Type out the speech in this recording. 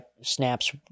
snap's